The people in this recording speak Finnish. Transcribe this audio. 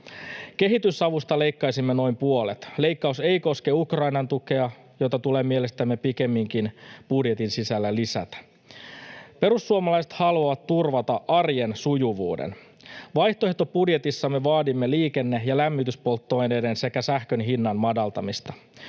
Kehitysavusta leikkaisimme noin puolet. Leikkaus ei koske Ukrainan tukea, jota tulee mielestämme budjetin sisällä pikemminkin lisätä. Perussuomalaiset haluavat turvata arjen sujuvuuden. Vaihtoehtobudjetissamme vaadimme liikenne- ja lämmityspolttoaineiden sekä sähkön hinnan madaltamista.